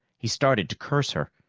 he started to curse her,